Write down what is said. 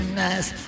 nice